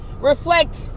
reflect